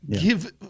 give